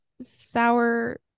sour